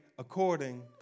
according